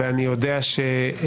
אני יודע שחלק